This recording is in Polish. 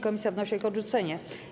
Komisja wnosi o ich odrzucenie.